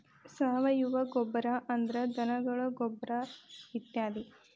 ಸಾವಯುವ ಗೊಬ್ಬರಾ ಅಂದ್ರ ಧನಗಳ ಗೊಬ್ಬರಾ ಇತ್ಯಾದಿ